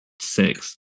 six